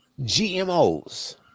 GMOs